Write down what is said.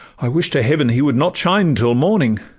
i wish to heaven he would not shine till morning!